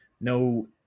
no